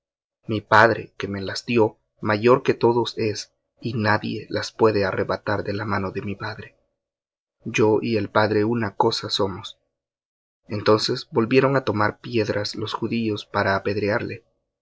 mi padre que me dió mayor que todos es y nadie puede arrebatar de la mano de mi padre yo y el padre una cosa somos entonces volvieron á tomar piedras los judíos para apedrearle